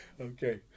Okay